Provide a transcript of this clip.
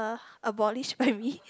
a~ abolished family